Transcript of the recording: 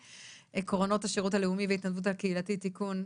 (עקרונות השירות הלאומי וההתנדבות הקהילתית) (תיקון),